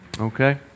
Okay